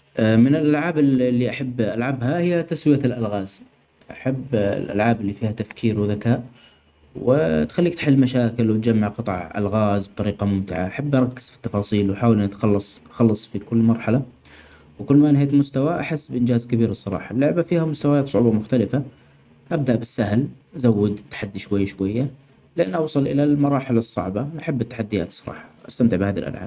من الألعاب اللي أحب ألعبها هي تسوية ألغاز أحب الألعاب اللي فيها تفكير وذكاء وتخليك تحل مشاكل ،وتجمع قطع ألغاز بطريقة ممتعة ، أحب أركز في التفاصيل وأحاول أتخلص -أتخلص في كل مرحلة وكل ما نهيت مستوي أحس بإنجاز كبير الصراحة، اللعبة فيها ميستويات صعوبة مختلفة أبدأ بالسهل زود التحدي شوية شوية لتوصل إلي المراحل الصعبة نحب التحديات الصراحة أستمتع بهدي الألعاب.